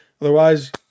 Otherwise